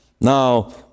Now